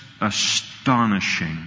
astonishing